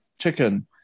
chicken